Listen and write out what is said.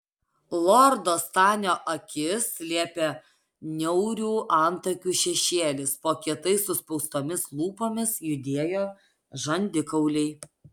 lordo stanio akis slėpė niaurių antakių šešėlis po kietai suspaustomis lūpomis judėjo žandikauliai